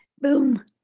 Boom